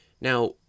Now